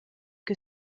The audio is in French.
que